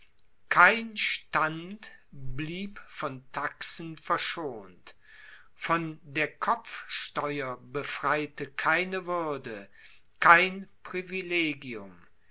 kein stand blieb von taxen verschont von der kopfsteuer befreite keine würde kein privilegium